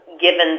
given